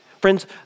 Friends